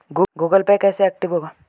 Google pay कैसे active होगा?